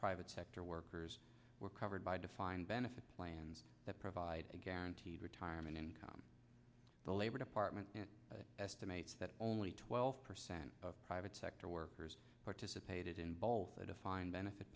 private sector workers were covered by defined benefit plans that provide a guaranteed retirement income the labor department estimates that only twelve percent of private sector workers participated in both a defined benefit